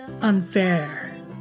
Unfair